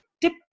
tip